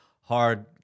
hard